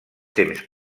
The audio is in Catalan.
temps